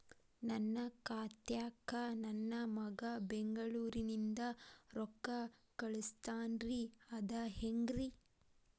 ನನ್ನ ಖಾತಾಕ್ಕ ನನ್ನ ಮಗಾ ಬೆಂಗಳೂರನಿಂದ ರೊಕ್ಕ ಕಳಸ್ತಾನ್ರಿ ಅದ ಹೆಂಗ್ರಿ?